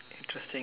interesting